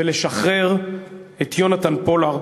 ולשחרר את יונתן פולארד.